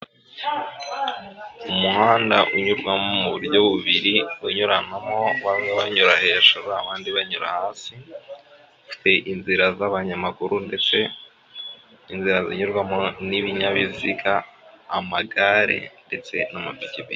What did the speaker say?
Umuhanda unyurwamo mu buryo bubiri, unyuranamo, bamwe banyura hejuru, abandi banyura hasi, ufite inzira z'abanyamaguru ndetse inzira zinyurwamo n'ibinyabiziga, amagare ndetse n'amapikipiki.